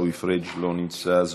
עיסאווי פריג' אינו נמצא,